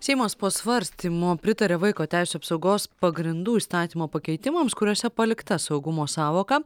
seimas po svarstymo pritarė vaiko teisių apsaugos pagrindų įstatymo pakeitimams kuriuose palikta saugumo sąvoka